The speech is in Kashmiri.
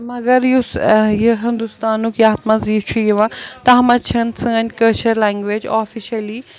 مگر یُس یہِ ہِنٛدُستانُک یَتھ منٛز یہِ چھُ یِوان تَتھ منٛز چھِنہٕ سٲنۍ کٲشِر لَنٛگویج آفِشلی